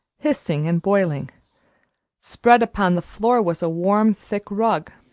hissing and boiling spread upon the floor was a warm, thick rug